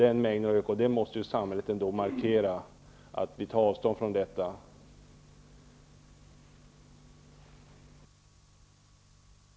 Samhället måste ändå markera att vi tar avstånd från den hanteringen.